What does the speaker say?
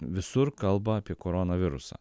visur kalba apie koronavirusą